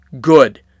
good